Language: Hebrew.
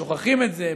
שוכחים את זה,